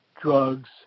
drugs